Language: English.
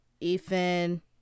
Ethan